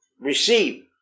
receive